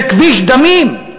זה כביש דמים.